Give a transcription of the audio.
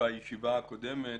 בישיבה הקודמת,